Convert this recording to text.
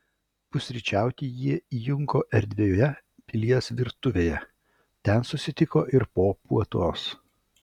pusryčiauti jie įjunko erdvioje pilies virtuvėje ten susitiko ir po puotos